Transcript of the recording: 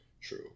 True